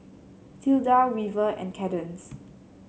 Tilda Weaver and Cadence